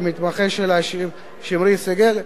למתמחה שלה שמרי סגל,